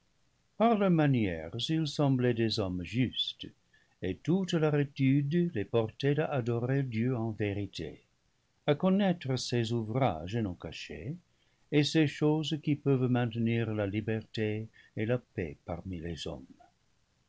par leurs manières ils semblaient des hommes justes et toute leur étude les portait à adorer dieu en vérité à connaître ses ouvrages non cachés et ces choses qui peuvent maintenir la liberté et la paix parmi les hommes